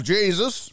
Jesus